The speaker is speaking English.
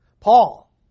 Paul